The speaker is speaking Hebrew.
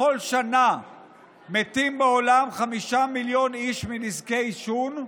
בכל שנה מתים בעולם חמישה מיליון איש מנזקי עישון,